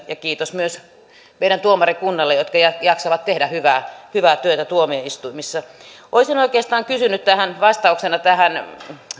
kiitos myös meidän tuomarikunnalle joka jaksaa tehdä hyvää hyvää työtä tuomioistuimissa olisin oikeastaan kysynyt onko vastauksena tähän